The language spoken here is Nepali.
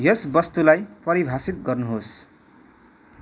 यस वस्तुलाई परिभाषित गर्नुहोस्